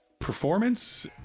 Performance